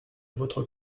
votre